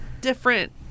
different